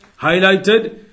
highlighted